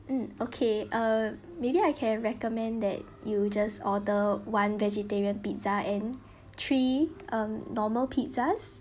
mm okay uh maybe I can recommend that you just order one vegetarian pizza and three um normal pizzas